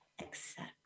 accept